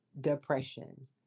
depression